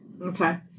Okay